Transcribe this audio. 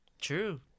True